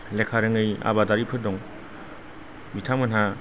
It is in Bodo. लेखा रोङै आबादारिफोर दं बिथांमोनहा